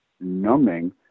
numbing